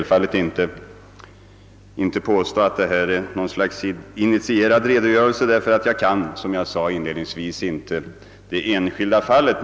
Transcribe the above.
Jag skall självfallet inte påstå att jag härmed lämnat någon initierad redogörelse, därför att jag, som jag inledningsvis sade, inte känner till det enskilda fallet.